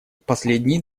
последние